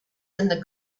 and